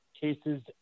cases